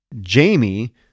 Jamie